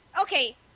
Okay